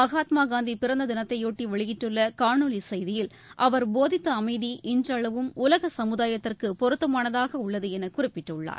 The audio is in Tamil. மகாத்மா காந்தி பிறந்த தினத்தையொட்டி வெளியிட்டுள்ள காணொலி செய்தியில் அவர் போதித்த அமைதி இன்றளவும் உலக சமுதாயத்திற்கு பொருத்தமானதாக உள்ளது என குறிப்பிட்டுள்ளார்